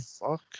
fuck